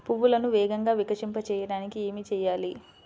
పువ్వులను వేగంగా వికసింపచేయటానికి ఏమి చేయాలి?